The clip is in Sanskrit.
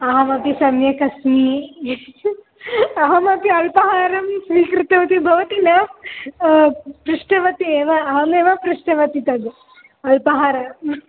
अहमपि सम्यक् अस्मि अहमपि अल्पाहारं स्वीकृतवती भवती न पृष्टवती एव अहमेव पृष्टवती तद् अल्पाहारः